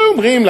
הרי אומרים,